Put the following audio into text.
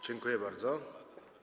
Dziękuję bardzo.